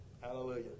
Hallelujah